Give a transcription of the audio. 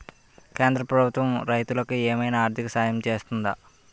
కేంద్ర ప్రభుత్వం రైతులకు ఏమైనా ఆర్థిక సాయం చేస్తుందా?